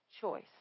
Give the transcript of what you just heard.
choice